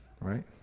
right